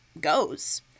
goes